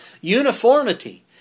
uniformity